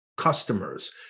Customers